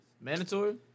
Mandatory